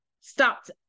stopped